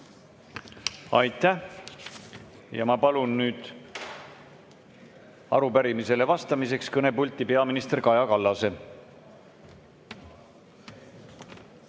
Aitäh! Ma palun nüüd arupärimisele vastamiseks kõnepulti peaminister Kaja Kallase.